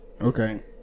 Okay